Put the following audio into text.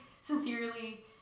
sincerely